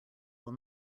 will